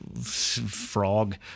frog